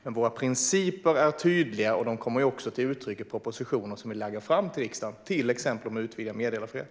Men våra principer är tydliga, och de kommer också till uttryck i den proposition som vi lägger fram till riksdagen, till exempel om utvidgad meddelarfrihet.